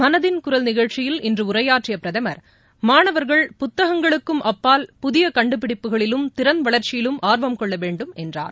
மனதின் குரல் நிகழ்ச்சியில் இன்றுஉரையாற்றியபிரதமர் மாணவர்கள் புத்தகங்களுக்கும் அப்பால் புதியகண்டுபிடிப்புகளிலும் திறன் வளர்ச்சியிலும் ஆர்வம் கொள்ளவேண்டும் என்றார்